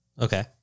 Okay